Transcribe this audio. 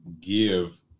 give